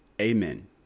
Amen